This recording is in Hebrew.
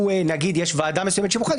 נגיד שיש ועדה מסוימת שבוחרת,